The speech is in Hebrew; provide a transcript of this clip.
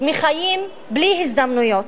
מחיים בלי הזדמנויות.